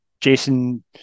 jason